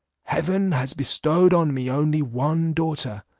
heaven has bestowed on me only one daughter,